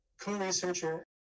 co-researcher